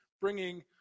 bringing